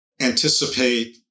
anticipate